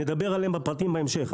נדבר עליהם בפרטים בהמשך.